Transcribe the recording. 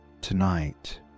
tonight